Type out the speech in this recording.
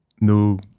no